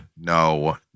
No